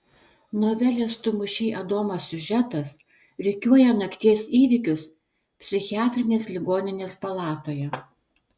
novelės tu mušei adomą siužetas rikiuoja nakties įvykius psichiatrinės ligoninės palatoje